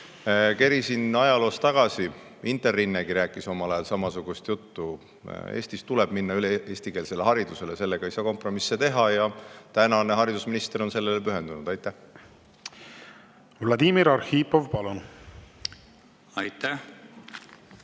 Kerisin ajaloos tagasi, Interrinnegi rääkis omal ajal samasugust juttu. Eestis tuleb minna üle eestikeelsele haridusele ja selles ei saa kompromisse teha. Tänane haridusminister on sellele pühendunud. Ma ei ole teiega nõus. Ma